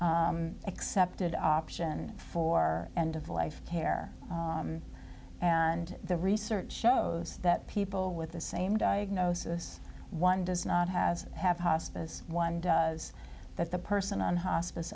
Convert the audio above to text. more accepted option for end of life care and the research shows that people with the same diagnosis one does not has have hospice one is that the person on hospice